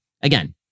again